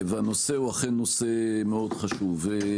הנושא הוא אכן נושא מאוד חשוב.